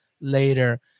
later